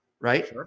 right